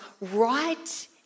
right